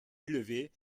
élevée